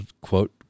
quote